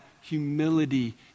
humility